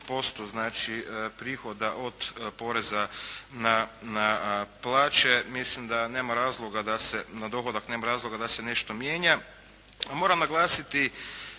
90% znači prihoda od poreza na plaće mislim da nema razloga da se, na dohodak nema razloga da se nešto mijenja. Moram naglasiti